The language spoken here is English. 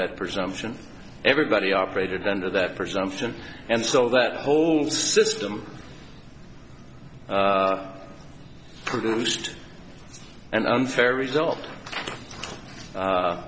that presumption everybody operated under that presumption and so that whole system produced an unfair result